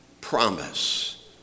promise